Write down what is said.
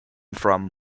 from